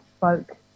folk